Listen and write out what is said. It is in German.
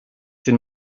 den